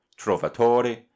Trovatori